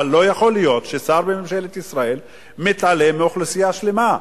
אבל לא יכול להיות ששר בממשלת ישראל מתעלם מאוכלוסייה שלמה.